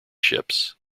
ships